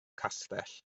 castell